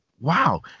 wow